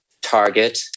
target